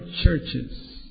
churches